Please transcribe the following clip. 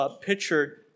pictured